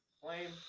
Flame